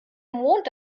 mond